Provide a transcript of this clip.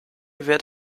wird